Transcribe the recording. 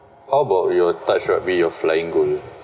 how about your touch rugby your flying goal